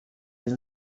این